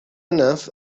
enough